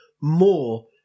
more